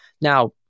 Now